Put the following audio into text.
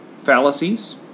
fallacies